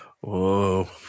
Whoa